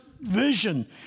vision